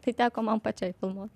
tai teko man pačiai filmuot